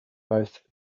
both